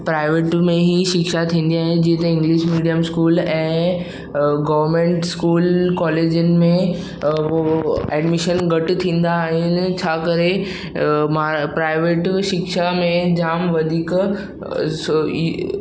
private में ई शिक्षा थींदियूं आहिनि जीअं त इंग्लिश मिडिअम स्कूल ऐं गोवमेंट स्कूल कॉलेजनि में उहो एडमिशन घटि थींदा आहिनि छा करे मां प्राइवेट शिक्षा में जाम वधीक